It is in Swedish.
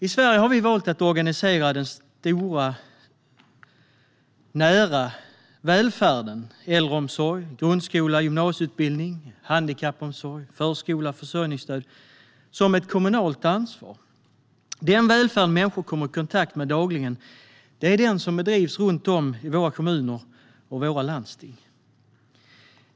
I Sverige har vi valt att organisera den stora, nära välfärden - äldreomsorg, grundskola, gymnasieutbildning, handikappomsorg, förskola, försörjningsstöd - som ett kommunalt ansvar. Den välfärd människor kommer i kontakt med dagligen är den som bedrivs runt om i våra kommuner och landsting.